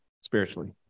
spiritually